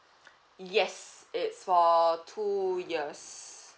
yes it's for two years